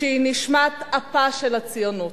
שהיא נשמת אפה של הציונות.